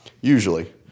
Usually